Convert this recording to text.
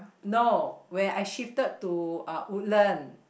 no when I shifted to uh Woodland